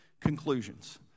conclusions